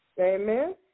Amen